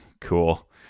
cool